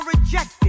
rejected